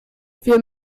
wir